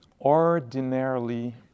ordinarily